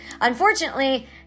unfortunately